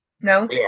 No